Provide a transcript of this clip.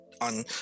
on